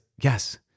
yes